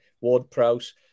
Ward-Prowse